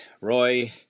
Roy